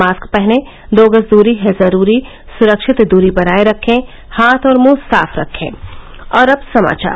mask पहनें दो गज दूरी है जरूरी सुरक्षित दूरी बनाये रखे हाथ और मुंह साफ रखे और अब समाचार